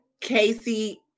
Casey